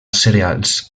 cereals